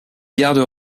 gardes